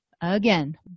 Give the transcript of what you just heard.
again